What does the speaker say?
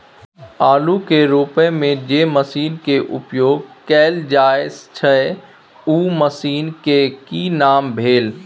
आलू के रोपय में जे मसीन के उपयोग कैल जाय छै उ मसीन के की नाम भेल?